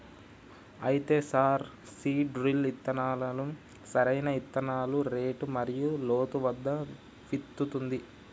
అయితే sir seed drill ఇత్తనాలను సరైన ఇత్తనాల రేటు మరియు లోతు వద్ద విత్తుతుంది